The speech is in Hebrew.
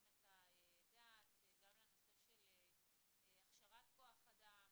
את הדעת גם לנושא של הכשרת כוח אדם,